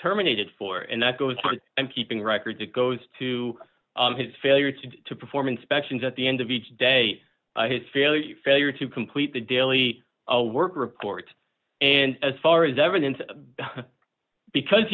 terminated for and that goes on and keeping records it goes to his failure to perform inspections at the end of each day his failure failure to complete the daily work reports and as far as evidence because